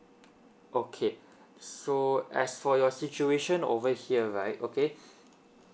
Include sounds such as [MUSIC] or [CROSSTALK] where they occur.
okay so as for your situation over here right okay [BREATH]